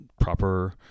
proper